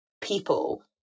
people